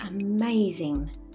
amazing